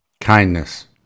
Kindness